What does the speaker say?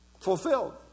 Fulfilled